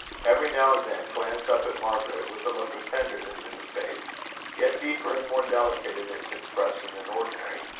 every now and then, glance up at margaret, with a look of tenderness in his face yet deeper and more delicate in its expression than ordinary.